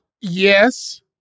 Yes